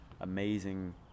amazing